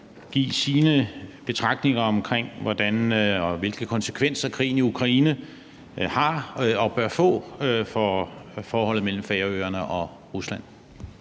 give sine betragtninger om, hvilke konsekvenser krigen i Ukraine har og bør få for forholdet mellem Færøerne og Rusland.